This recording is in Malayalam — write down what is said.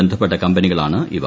ബന്ധപ്പെട്ട കമ്പനികളാണ് ഇവ